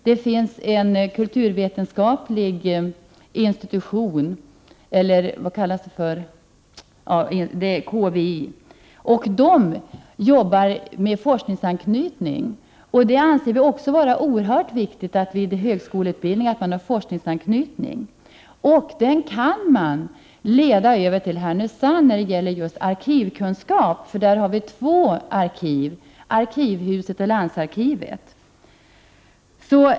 Det finns ett kulturvetenskapligt centrum, KVC, och där arbetar man med forskningsanknytning. Vi i miljöpartiet anser det vara synnerligen viktigt att ha forskningsanknytning vid högskoleutbildning. Denna forskningsanknytning kan man när det gäller just arkivkunskap leda över till Härnösand, eftersom det där finns två arkiv, arkivhuset och landsarkivet.